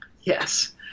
yes